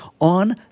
on